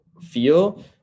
feel